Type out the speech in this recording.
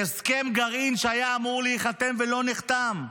הסכם גרעין שהיה אמור להיחתם ולא נחתם,